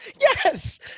Yes